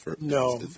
No